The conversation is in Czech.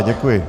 Děkuji.